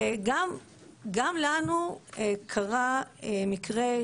גם לנו קרה מקרה.